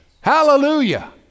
Hallelujah